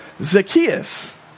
Zacchaeus